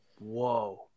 whoa